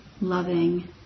loving